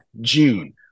June